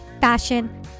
fashion